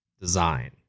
design